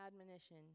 admonition